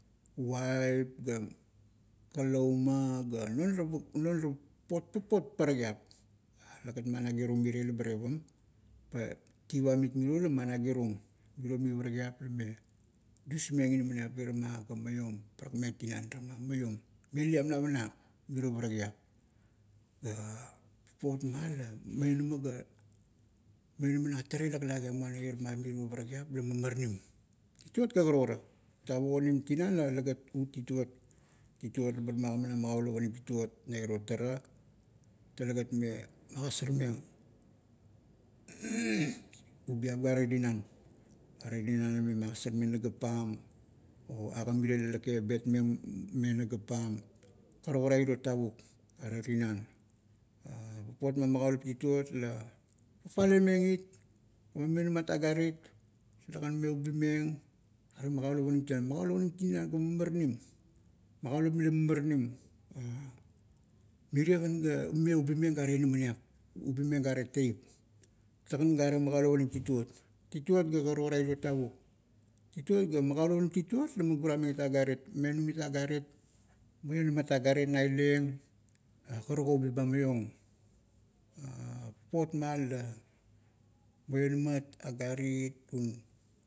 Uap, ga kalouma ga, non ara papot parakiap. Talegat managirung mirie leba tevam, pa tivam it miro la managirung. Mirio mi parakiap lame dusmeng inaminiap irama ga maiom, parakmeng tinan irama ga maiom, meliam navanap mirio, parakiap. Papot ma la, mionama ga, mionama na tara ila laklage, muana irama mirio parakiap la mamaranim. Tituot ga karukara, tavuk onim tinan la talegat ut tituot, tituot bar magamanang magaulup onim tituot na iro tara, talegat me magasarment abiap gare tinan, ara tinan lame magasarmeng nagap pam, o aga mirie la lake betmeng me nagap pam. Karukara a iro tavuk are tinan. Papot ma magaulap tituot la, fafalemeng it gaman-mionamat agarit, talegan me ubimeng are magaulap onim tinan. Magaulap onim tinan ga mamaranim, magaulap mila mamaranim. Marie gan ga, me ubimeng gare inamaniap, ubimeng gare teip. talegan gare magaulap onim tituot. tituot ga magaulap onim tituot laman gurameng it agarit, menum it agarit, mionamat agarit naileng, karuk o ubi ba maiong papot ma la mionamat agarit un.